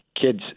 kids